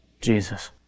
Jesus